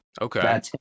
Okay